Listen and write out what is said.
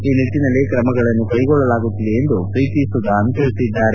ಈ ನಿಟ್ಟಿನಲ್ಲಿ ಕ್ರಮಗಳನ್ನು ಕೈಗೊಳ್ಳಲಾಗುತ್ತಿದ ಎಂದು ಪ್ರೀತಿ ಸುದಾನ್ ತಿಳಿಸಿದ್ದಾರೆ